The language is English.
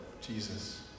Jesus